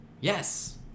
Yes